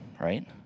right